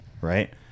right